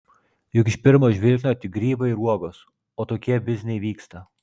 juk iš pirmo žvilgsnio tik grybai ir uogos o tokie bizniai vyksta